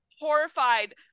horrified